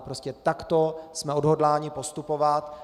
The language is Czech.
Prostě takto jsme odhodláni postupovat.